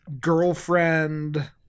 girlfriend